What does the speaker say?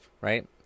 Right